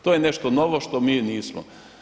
To je nešto novo što mi nismo.